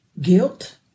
guilt